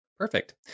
Perfect